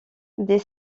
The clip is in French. dès